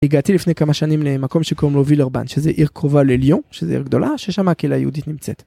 הגעתי לפני כמה שנים למקום שקוראים לו וילרבן שזה עיר קרובה לליון שזה עיר גדולה ששם הקהילה היהודית נמצאת.